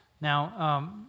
Now